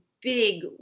big